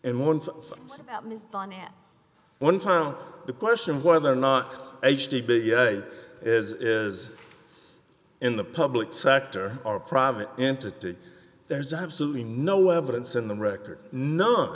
and once one time the question of whether or not h t is is in the public sector or private entity there's absolutely no evidence in the record none